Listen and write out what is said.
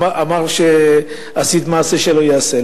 הוא אמר שעשית מעשה שלא ייעשה.